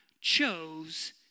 chose